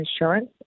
insurance